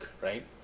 right